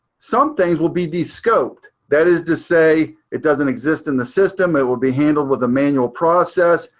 some things will be descoped. that is to say it doesn't exist in the system, it will be handled with a manual process.